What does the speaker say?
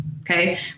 Okay